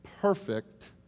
perfect